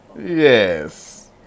Yes